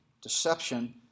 Deception